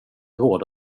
råd